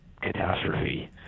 catastrophe